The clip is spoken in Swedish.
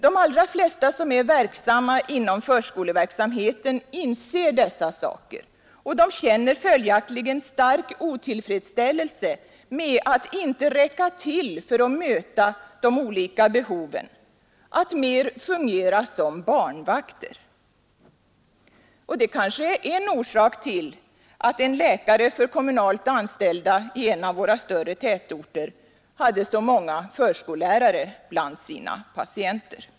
De allra flesta som är verksamma inom förskoleverksamheten inser dessa saker och känner följaktligen stark otillfredsställelse med att inte räcka till för att möta olika behov, att mer fungera som barnvakter. Det kanske är en orsak till att en läkare för kommunalt anställda i en av våra större tätorter hade så många förskollärare bland sina patienter.